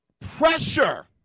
Pressure